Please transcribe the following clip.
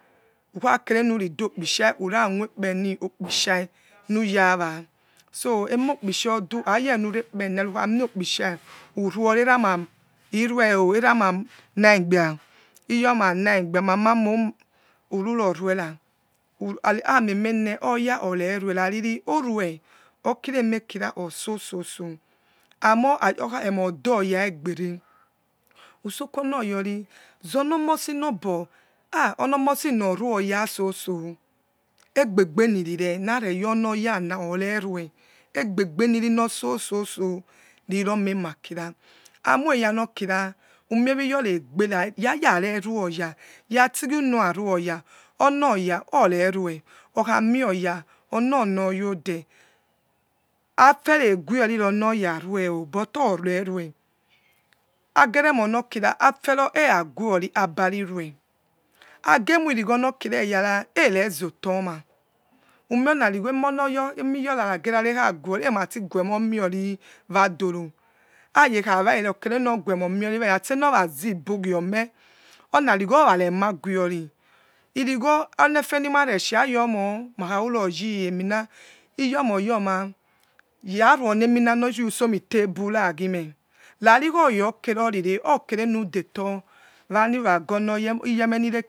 Who khakenuridokpish uremuekpe nokpisha nurawa emophish odo ayonu rekpenari ukhani akpish urouori emama irueo irama nagbia iyoma naigbia mama no ururoruera rari amoime ne oyaererue rari orue okiraemekira osososo amoha emodoya egbere usoka onoyoni zonomosi mei na obo ha onomosi na oruo yasosso egbebe nerire naveyo onoyana orere egbebe riri nosososo noromemema kira amoiya enokira umie aoiyora ogbera yerare rueoya ratigienu ruoya onoya orere okhanwoya onon oyaode aferah egonoinayarueo but overue agere monokira afero eraguori abarirue agemoirigho nokira erzoho ma umioniarigho emerara nagiyora ematiguemomiori wadoro aya ekhawarire okherenoguemore sena ra zibo giomeh oni arigho orarem aguori irigho onefenimare sie ayomo makharu gie emina iyoma oyomah yaruonemina noyor somitable ragimeh nariri oya okerorire okerenudeto wani ronago eniyeniekerengharo nusor